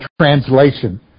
translation